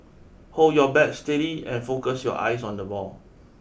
hold your bat steady and focus your eyes on the ball